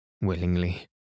Willingly